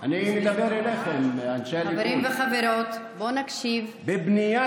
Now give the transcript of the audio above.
אני מדבר אליכם, אנשי הליכוד.